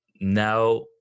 now